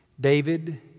David